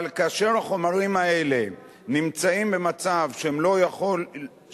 אבל כאשר החומרים האלה נמצאים במצב שאנשים